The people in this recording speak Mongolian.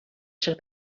шиг